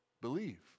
believe